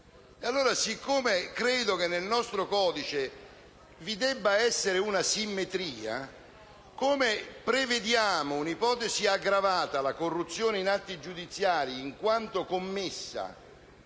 Poiché credo che nel nostro codice vi debba essere una simmetria, così come prevediamo un'ipotesi aggravata (la corruzione in atti giudiziari) in quanto commessa